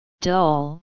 dull